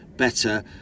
better